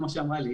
כמו שאמרה ליהי,